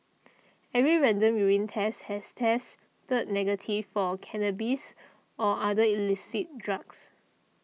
every random urine test since has tested negative for cannabis or other illicit drugs